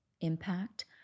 impact